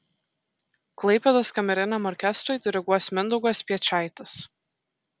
klaipėdos kameriniam orkestrui diriguos mindaugas piečaitis